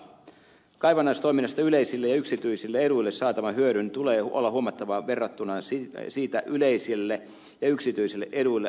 kaivannaistoiminnasta yleisille ja yksityisille eduille saatavan hyödyn tulee olla huomattavaa verrattuna siitä yleisille ja yksityisille eduille koituviin menetyksiin